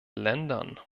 ländern